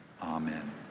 Amen